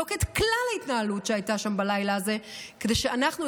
שיבדוק את כלל ההתנהלות שהייתה שם בלילה הזה כדי שאנחנו,